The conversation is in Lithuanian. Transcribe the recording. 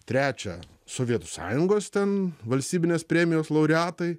trečia sovietų sąjungos ten valstybinės premijos laureatai